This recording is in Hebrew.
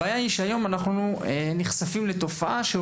הבעיה היא שהיום אנחנו נחשפים לתופעה של